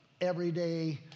everyday